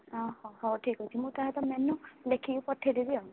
ହଁ ହଁ ହଉ ଠିକ୍ ଅଛି ମୁଁ ତା ସହିତ ମେନୁ ଲେଖିକି ପଠାଇଦେବି ଆଉ